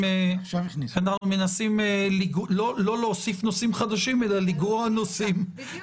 אנחנו מנסים לא להוסיף נושאים חדשים אלא לגרוע נושאים -- בדיוק.